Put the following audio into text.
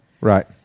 Right